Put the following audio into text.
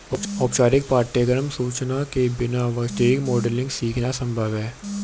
औपचारिक पाठ्यक्रम संरचना के बिना वित्तीय मॉडलिंग सीखना संभव हैं